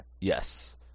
Yes